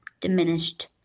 diminished